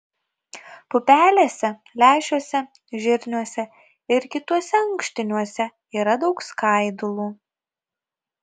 pupelėse lęšiuose žirniuose ir kituose ankštiniuose yra daug skaidulų